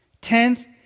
Tenth